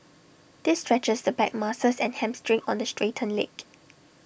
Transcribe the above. this stretches the back muscles and hamstring on the straightened leg